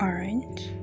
Orange